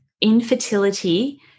infertility